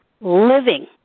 living